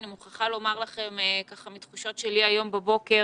אני מוכרחה לומר לכם ככה מתחושות שלי היום בבוקר